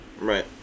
right